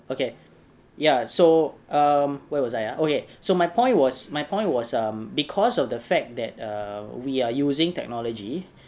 okay ya so um where was I ah uh okay so my point was my point was um because of the fact that err we are using technology